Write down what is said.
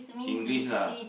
English lah